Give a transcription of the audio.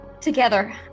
Together